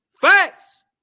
facts